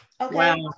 Okay